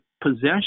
possession